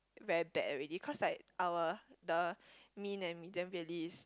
very bad already cause like our the mean and medium really is